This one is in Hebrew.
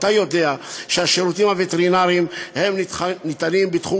אתה יודע שהשירותים הווטרינריים ניתנים בתחום